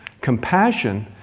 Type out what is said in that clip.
Compassion